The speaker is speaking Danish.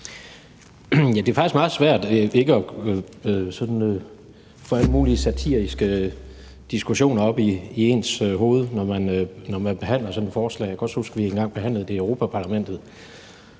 Det er faktisk meget svært ikke at få alle mulige satiriske diskussioner op i ens hoved, når man behandler sådan et forslag. Jeg kan også huske, at vi engang behandlede det i Europa-Parlamentet,